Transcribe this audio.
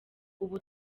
ubu